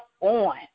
on